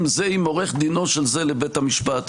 זה עם עורך דינו של זה לבית המשפט.